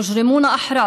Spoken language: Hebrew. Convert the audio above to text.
אנו מטילים את האשמה על